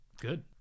good